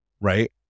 right